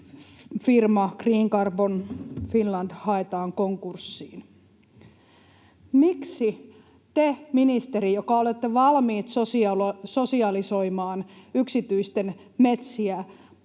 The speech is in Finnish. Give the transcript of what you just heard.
firma Green Carbon Finland haetaan konkurssiin. Miksi te, ministeri, joka olette valmis sosialisoimaan yksityisten metsiä